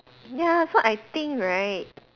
ya so I think right